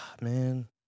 man